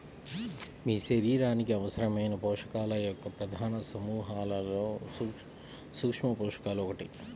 మీ శరీరానికి అవసరమైన పోషకాల యొక్క ప్రధాన సమూహాలలో సూక్ష్మపోషకాలు ఒకటి